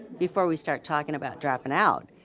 before we start talking about dropping out.